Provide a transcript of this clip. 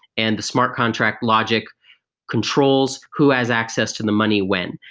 and the smart contract logic controls who has access to the money when.